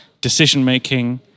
decision-making